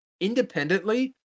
Independently